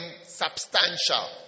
substantial